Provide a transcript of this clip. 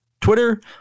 Twitter